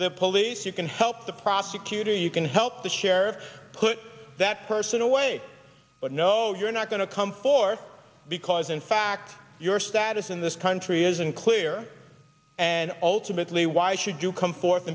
the police you can help the prosecutor you can help the sheriff put that person away but no you're not to come forward because in fact your status in this country is unclear and ultimately why should you come forth